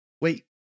Wait